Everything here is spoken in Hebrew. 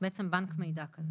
בעצם בנק מידע.